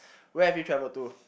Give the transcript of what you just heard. where have you travelled to